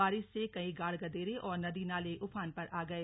बारिश से कई गाड गदेरे और नदी नाले उफान पर आ गए